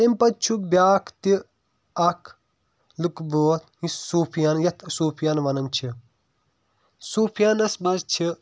تمہِ پَتہٕ چھُ بیاکھ تہِ اکھ لُکہٕ بٲتھ سُفیان یَتھ سُفیان وَنان چھِ سفیانَس منٛز چھِ